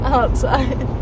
Outside